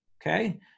okay